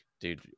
dude